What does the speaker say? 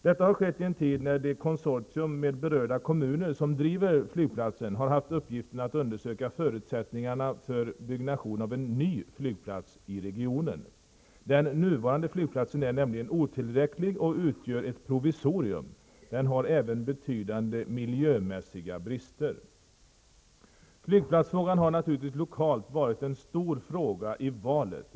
Detta har skett i en tid när det konsortium med berörda kommuner som driver flygplatsen har haft uppgiften att undersöka förutsättningarna för byggnation av en ny flygplats i regionen. Den nuvarande flygplatsen är nämligen otillräcklig och utgör ett provisorium. Den har även betydande miljömässiga brister. Flygplatsfrågan har naturligtvis lokalt varit en stor fråga i valet.